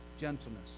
gentleness